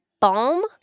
balm